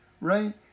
right